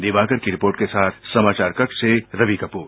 दिवाकर की रिपोर्ट के साथ समाचार कक्ष से मैं रवि कपूर